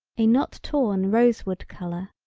a not torn rose-wood color.